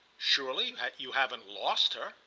surely you haven't lost her?